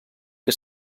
que